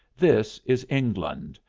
this is england.